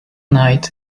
night